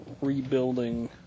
rebuilding